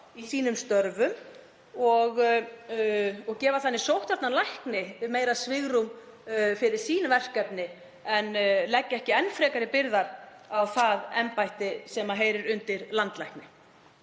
í sínum störfum og gefa þannig sóttvarnalækni meira svigrúm fyrir verkefni sín en leggja ekki enn frekari byrðar á það embætti sem heyrir undir landlækni.